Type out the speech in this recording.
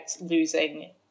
losing